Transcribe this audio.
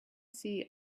see